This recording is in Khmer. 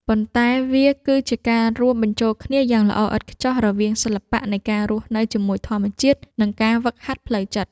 ប៉ុន្តែវាគឺជាការរួមបញ្ចូលគ្នាយ៉ាងល្អឥតខ្ចោះរវាង សិល្បៈនៃការរស់នៅជាមួយធម្មជាតិ និង ការហ្វឹកហាត់ផ្លូវចិត្ត។